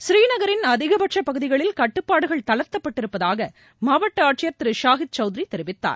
ஸ்ரீ நகரின் அதிகபட்ச பகுதிகளின் கட்டுப்பாடுகள் தகர்த்தப்பட்டிருப்பதாக மாவட்ட ஆட்சியர் திரு ஷாகித் சௌத்ரி தெரிவித்தார்